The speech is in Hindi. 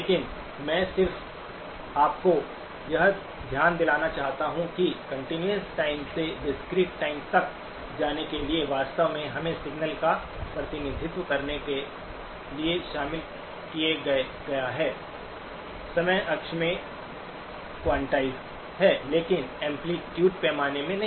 लेकिन मैं सिर्फ आपको यह ध्यान दिलाना चाहता हूं कि कंटीन्यूअस टाइम से डिस्क्रीट-टाइम तक जाने के लिए वास्तव में हमें सिग्नल का प्रतिनिधित्व करने के लिए शामिल किया गया है समय अक्ष में क्वांटाइज़ड है लेकिन एम्पलीटूड पैमाने में नहीं